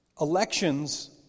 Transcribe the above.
elections